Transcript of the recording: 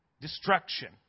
Destruction